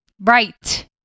Right